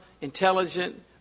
intelligent